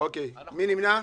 מי נמנע?